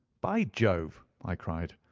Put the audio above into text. by jove! i cried,